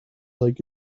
like